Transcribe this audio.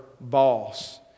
boss